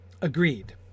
agreed